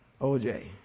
OJ